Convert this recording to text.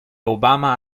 obama